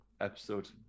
episode